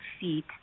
feet